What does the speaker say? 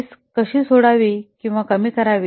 risk कशी सोडावी किंवा कमी करावी